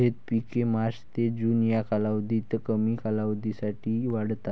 झैद पिके मार्च ते जून या कालावधीत कमी कालावधीसाठी वाढतात